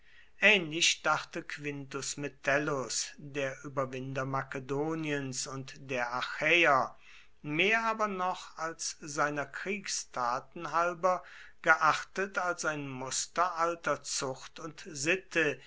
ähnlich dachte quintus metellus der überwinder makedoniens und der achäer mehr aber noch als seiner kriegstaten halber geachtet als ein muster alter zucht und sitte